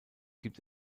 gibt